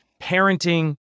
parenting